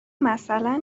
مثلا